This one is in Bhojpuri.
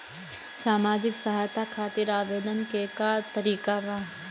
सामाजिक सहायता खातिर आवेदन के का तरीका बा?